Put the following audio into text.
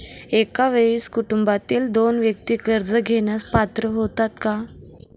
एका वेळी कुटुंबातील दोन व्यक्ती कर्ज घेण्यास पात्र होतात का?